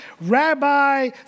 rabbi